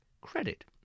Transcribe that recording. credit